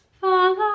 follow